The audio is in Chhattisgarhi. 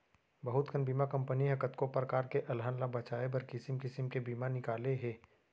बहुत कन बीमा कंपनी ह कतको परकार के अलहन ल बचाए बर किसिम किसिम के बीमा निकाले हे